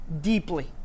deeply